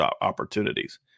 opportunities